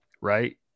right